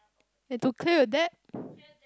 you had to clear your debt